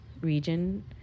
Region